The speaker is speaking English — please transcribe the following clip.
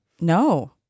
No